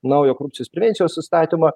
naują korupcijos prevencijos įstatymą